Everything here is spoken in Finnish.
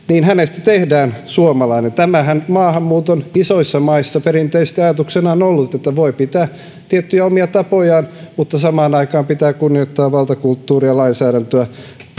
tehdään suomalainen tämähän maahanmuuton isoissa maissa on perinteisesti ajatuksena ollut että voi pitää tiettyjä omia tapojaan mutta samaan aikaan pitää kunnioittaa valtakulttuuria lainsäädäntöä